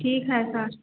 ठीक है सर